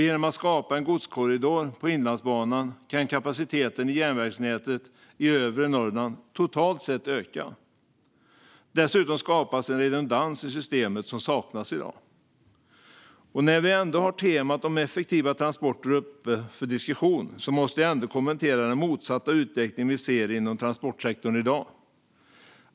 Genom att skapa en godskorridor på Inlandsbanan kan kapaciteten i järnvägsnätet i övre Norrland totalt sett öka. Dessutom skapas en redundans i systemet som saknas i dag. När vi ändå har temat om effektiva transporter uppe för diskussion måste jag få kommentera den motsatta utveckling vi ser inom transportsektorn i dag.